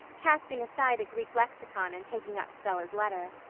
casting aside a greek lexicon and taking up stella's letter.